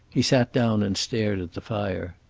he sat down and stared at the fire.